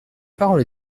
parole